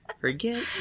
Forget